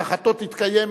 הבטחתו תתקיים